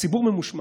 הציבור ממושמע.